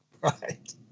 Right